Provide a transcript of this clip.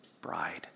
bride